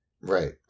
Right